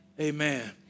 Amen